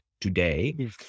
today